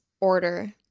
order